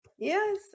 Yes